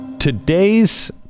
Today's